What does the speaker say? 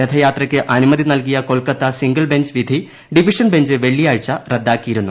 രഥയാത്രയ്ക്ക് അനുമതി നൽകിയ Kolkata single bench വിധി ഡിവിഷൻ ബഞ്ച് വെള്ളിയാഴ്ച റദ്ദാക്കിയിരുന്നു